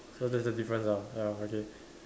so that's the difference lah ya okay